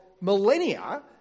millennia